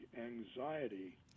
anxiety